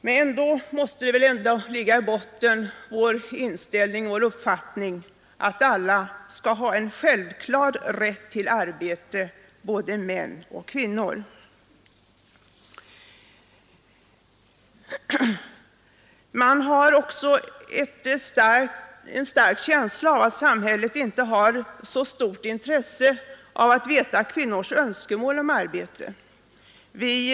Vi borde i stället ha uppfattningen att alla, såväl män som kvinnor, skall ha en självklar rätt till arbete. Man får också en stark känsla av att samhället inte intresserar sig för att ta reda på vilka önskemål om arbete kvinnorna har.